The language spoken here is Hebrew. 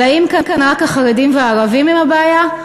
אבל האם כאן רק החרדים והערבים הם הבעיה,